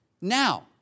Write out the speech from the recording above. Now